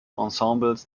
ensembles